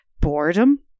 boredom